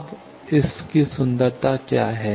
अब इस की सुंदरता क्या है